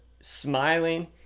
smiling